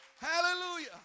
Hallelujah